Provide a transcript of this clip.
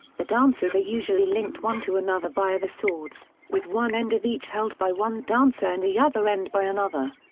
the dancers are usually linked one to another via the swords, with one end of each held by one dancer and the other end by another.